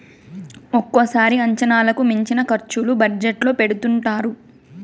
ఒక్కోసారి అంచనాలకు మించిన ఖర్చులు బడ్జెట్ లో పెడుతుంటారు